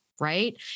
Right